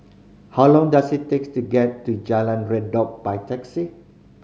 how long does it takes to get to Jalan Redop by taxi